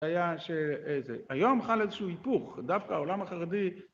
היום חל איזשהו היפוך, דווקא העולם החרדי